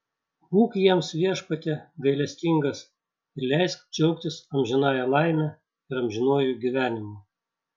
būk jiems viešpatie gailestingas ir leisk džiaugtis amžinąja laime ir amžinuoju gyvenimu